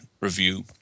review